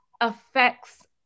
affects